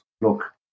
look